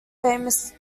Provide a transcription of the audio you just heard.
famous